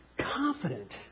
confident